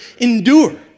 endure